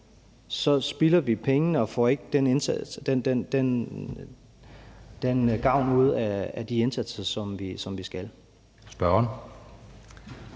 så spilder vi pengene og får ikke den gavn ud af de indsatser, som vi skal.